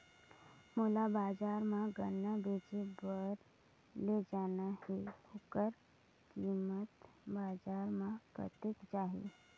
मोला बजार मां गन्ना बेचे बार ले जाना हे ओकर कीमत बजार मां कतेक जाही?